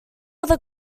other